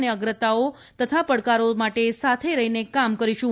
અને અગ્રતાઓ તથા પડકારો માટે સાથે રહી કામ કરીશું